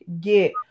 get